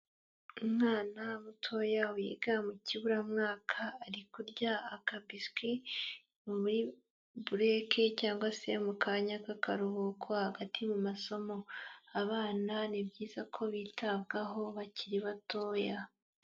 Umwana mutoya wiga mu kiburamwaka, ari kurya akabiswi muri bureke cyangwa se mukanya k'akaruhuko hagati mu masomo, abana ni byiza ko bitabwaho bakiri batoya.